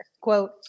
Quote